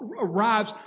arrives